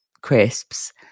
crisps